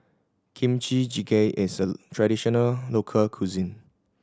Kimchi Jjigae is a traditional local cuisine